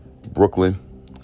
Brooklyn